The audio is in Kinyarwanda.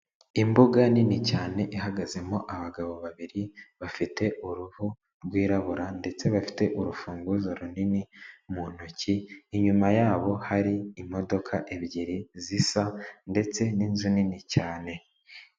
Imbuga nini cyane ihagazemo abagabo babiri bafite uruhu rwirabura, ndetse bafite urufunguzo runini mu ntoki, inyuma yabo hari imodoka ebyiri zisa ndetse n'inzu nini cyane.